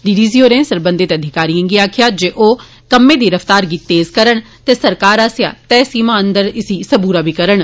D D C होरें सरबंधित अधिकारिएं गी आक्खेआ जे ओ कम्मै दी रफ्तार गी तेज़ करन ते सरकार आस्सेआ तय समें सीमा अंदर इसी सबूरा करन